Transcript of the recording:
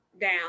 down